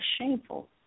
shameful